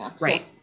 right